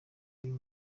uyu